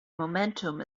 momentum